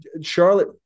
Charlotte